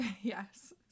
Yes